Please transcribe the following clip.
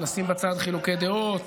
וצריך לשים בצד חילוקי דעות.